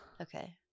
Okay